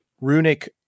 Runic